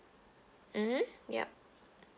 mmhmm yup